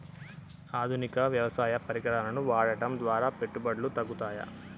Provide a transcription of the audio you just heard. ఆధునిక వ్యవసాయ పరికరాలను వాడటం ద్వారా పెట్టుబడులు తగ్గుతయ?